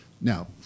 Now